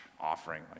offering